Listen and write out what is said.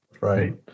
Right